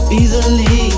easily